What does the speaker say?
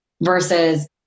versus